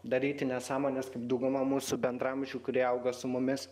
daryti nesąmones kaip dauguma mūsų bendraamžių kurie augo su mumis